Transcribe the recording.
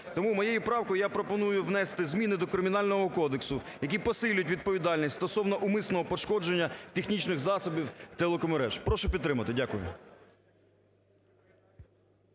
Тому моєю правкою я пропоную внести зміни до Кримінального кодексу, який посилить відповідальність стосовно умисного пошкодження технічних засобів телекоммереж. Прошу підтримати. Дякую.